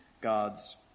God's